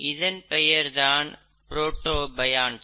இதன் பெயர்தான் புரோட்டோபியன்ஸ்